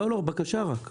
לא, לא, בקשה רק.